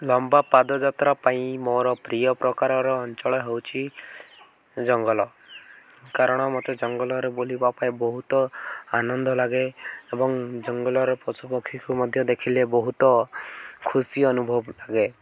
ଲମ୍ବା ପାଦଯାତ୍ରା ପାଇଁ ମୋର ପ୍ରିୟ ପ୍ରକାରର ଅଞ୍ଚଳ ହେଉଛି ଜଙ୍ଗଲ କାରଣ ମତେ ଜଙ୍ଗଲରେ ବୁଲିବା ପାଇଁ ବହୁତ ଆନନ୍ଦ ଲାଗେ ଏବଂ ଜଙ୍ଗଲର ପଶୁପକ୍ଷୀକୁ ମଧ୍ୟ ଦେଖିଲେ ବହୁତ ଖୁସି ଅନୁଭବ ଲାଗେ